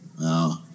Wow